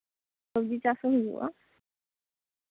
ᱥᱚᱵᱡᱤ ᱪᱟᱥ ᱦᱚᱸ ᱦᱩᱭᱩᱜᱼᱟ